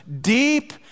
deep